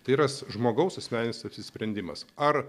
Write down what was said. tai yra žmogaus asmeninis apsisprendimas ar